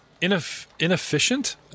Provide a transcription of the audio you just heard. inefficient